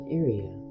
area